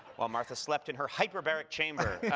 while martha slept in her hyperbaric chamber.